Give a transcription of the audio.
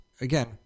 again